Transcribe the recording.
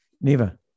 Neva